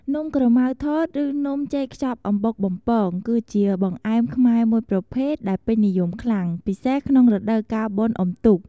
នំក្រម៉ៅថត ឬនំចេកខ្ចប់អំបុកបំពង គឺជាបង្អែមខ្មែរមួយប្រភេទដែលពេញនិយមខ្លាំង ពិសេសក្នុងរដូវកាលបុណ្យអុំទូក។